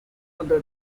other